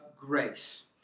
grace